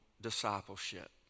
discipleship